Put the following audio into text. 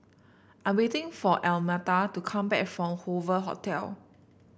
I waiting for Almeta to come back from Hoover Hotel